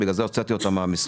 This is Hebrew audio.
ולכן הוצאתי אותם מהמשחק.